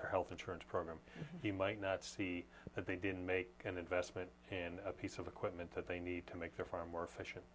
their health insurance program he might not see that they didn't make an investment in a piece of equipment that they need to make they're far more efficient